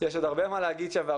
יש עוד הרבה מה להגיד שם,